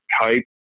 type